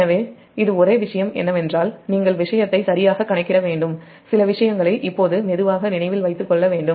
எனவே ஒரே விஷயம் என்னவென்றால் நீங்கள் விஷயத்தை சரியாக கணக்கிட வேண்டும் சில விஷயங்களை இப்போது மெதுவாக நினைவில் வைத்துக் கொள்ள வேண்டும்